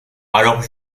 alors